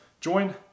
join